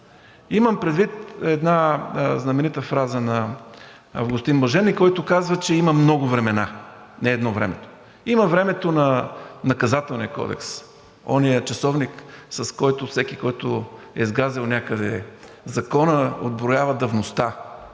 Имам предвид една знаменита фраза на Августин Блажени, който казва, че има много времена, не е едно време. Има времето на Наказателния кодекс – онзи часовник, с който всеки, който е сгазил някъде закона, отброява давността.